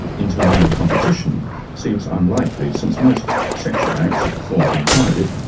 inter-male competition seems unlikely since most sexual acts are performed in private,